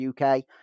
UK